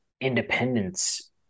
independence